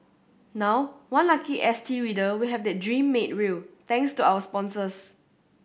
now one lucky S T reader will have that dream made real thanks to our sponsors